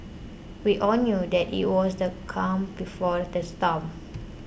we all knew that it was the calm before the storm